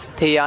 Thì